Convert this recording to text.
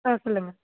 ஆ சொல்லுங்கள்